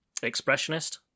expressionist